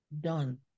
done